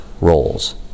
roles